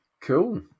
cool